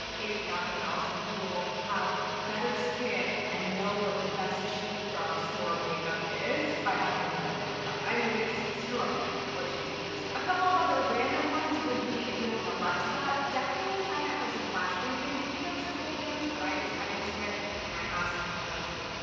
if nothing else, you will have better skin and know what the best cheap drugstore makeup is by having lauryn in your life. i mean, it's extraordinary what she teaches you. a couple of other random ones would be if you have an alexa, definitely sign up for some flash briefings. i know this is old news, but i just got into it and i ask alexa, shhh,